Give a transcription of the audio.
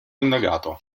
indagato